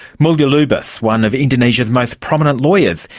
mulya lubis, one of indonesia's most prominent lawyers.